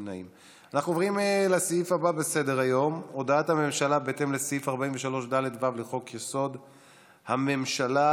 השר המקשר חבר הכנסת דוד אמסלם